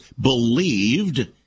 believed